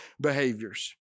behaviors